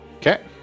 Okay